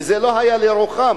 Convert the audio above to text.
זה לא היה לרוחם,